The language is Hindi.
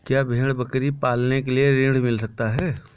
क्या भेड़ बकरी पालने के लिए ऋण मिल सकता है?